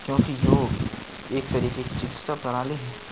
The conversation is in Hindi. क्योंकि योग एक तरीके की चिकित्सा प्रणाली है